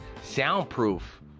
soundproof